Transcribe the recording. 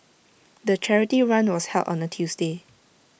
the charity run was held on A Tuesday